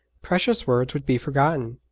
precious words would be forgotten,